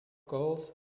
goals